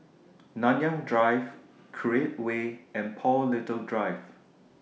Nanyang Drive Create Way and Paul Little Drive